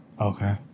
Okay